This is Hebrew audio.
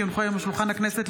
כי הונחו היום על שולחן הכנסת,